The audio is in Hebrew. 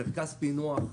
מרכז פענוח,